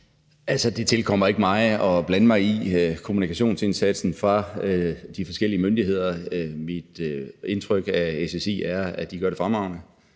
Altså, det tilkommer ikke mig at blande mig i kommunikationsindsatsen fra de forskellige myndigheder. Mit indtryk af SSI er, at de gør det fremragende,